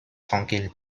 tranquille